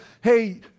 hey